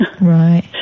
Right